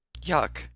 Yuck